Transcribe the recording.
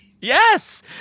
yes